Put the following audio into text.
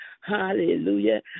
Hallelujah